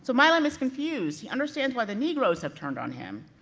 so milam is confused. he understands why the negros have turned on him,